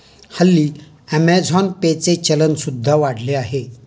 हल्ली Amazon Pay चे चलन सुद्धा वाढले आहे